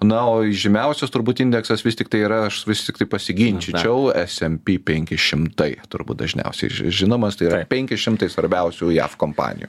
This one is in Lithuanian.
na o įžymiausias turbūt indeksas vis tiktai yra aš vis tiktai pasiginčyčiau smp penki šimtai turbūt dažniausiai ži žinomas tai yra penki šimtai svarbiausių jav kompanijų